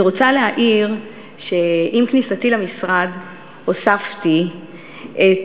אני רוצה להעיר שעם כניסתי למשרד הוספתי את